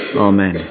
Amen